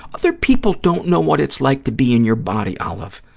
other people don't know what it's like to be in your body, olive.